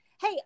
hey